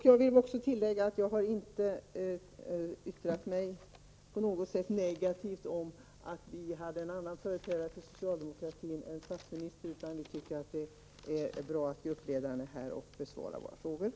Jag vill tillägga att jag inte på något sätt har yttrat mig negativt om att socialdemokratin hade en annan företrädare i debatten än statsministern. Jag tycker att det är bra att gruppledaren är här och besvarar frågorna. Tack för ordet!